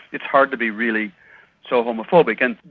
it's hard to be really so homophobic, and.